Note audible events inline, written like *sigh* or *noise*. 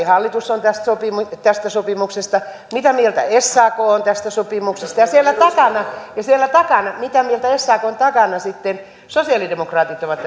*unintelligible* hallitus on tästä sopimuksesta mitä mieltä sak on tästä sopimuksesta ja mitä mieltä sakn takana sitten sosialidemokraatit ovat *unintelligible*